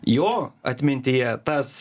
jo atmintyje tas